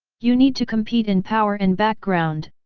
you need to compete in power and background,